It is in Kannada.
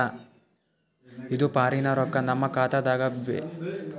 ಇದು ಫಾರಿನ ರೊಕ್ಕ ನಮ್ಮ ಖಾತಾ ದಾಗ ಬರಬೆಕ್ರ, ಹೆಂಗ ಏನು ಚುರು ಹೆಲ್ಪ ಮಾಡ್ರಿ ಪ್ಲಿಸ?